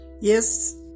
yes